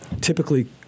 typically